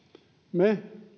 me